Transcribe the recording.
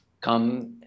come